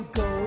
go